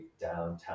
downtown